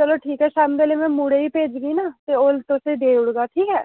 चलो ठीक ऐ शामीं बेल्ले में मुड़े गी भेजनी नां ते ओह् तुसेंगी देई ओड़ेगा